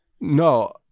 No